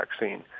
vaccine